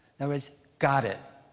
and words, got it.